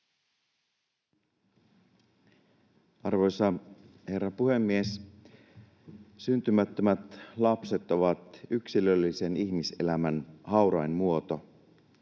Arvoisa herra puhemies! Syntymättömät lapset ovat yksilöllisen ihmiselämän haurain muoto.